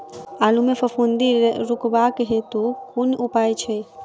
आलु मे फफूंदी रुकबाक हेतु कुन उपाय छै?